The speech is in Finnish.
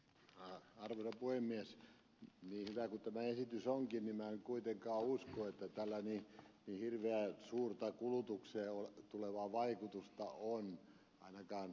niin hyvä kuin tämä esitys onkin niin minä en kuitenkaan usko että tällä ainakaan niin hirveän suurta kulutukseen tulevaa vaikutusta on